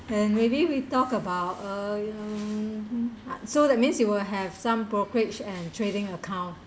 and maybe we talk about uh um so that means you will have some brokerage and trading account